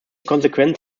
konsequenz